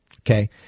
Okay